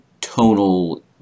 tonal